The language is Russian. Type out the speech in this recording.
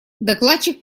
докладчик